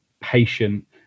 patient